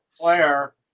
Claire